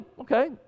okay